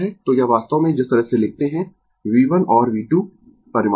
तो यह वास्तव में जिस तरह से लिखते है V1 और V2 परिमाण है